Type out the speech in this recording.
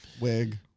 Wig